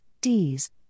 Ds